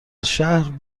شهر